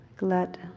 let